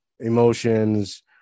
Emotions